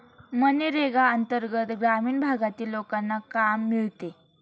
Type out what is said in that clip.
मनरेगा अंतर्गत ग्रामीण भागातील लोकांना काम मिळते